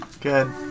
good